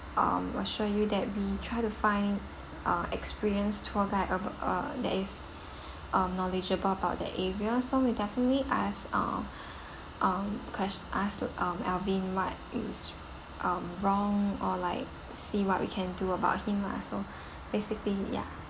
um we assure you that we try to find uh experienced tour guide ab~ uh that is um knowledgeable about the area so we definitely ask uh um ques~ ask to um alvin what is um wrong or like see what we can do about him lah so basically ya